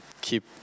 keep